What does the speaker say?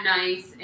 nice